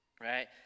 right